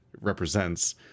represents